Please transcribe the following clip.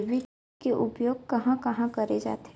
Debit के उपयोग कहां कहा करे जाथे?